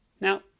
Now